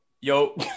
yo